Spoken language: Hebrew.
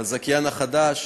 הזכיין החדש